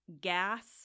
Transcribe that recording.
gas